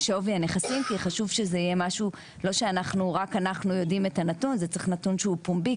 כדי לפרסם צריך שזה יהיה נתון שהוא פומבי,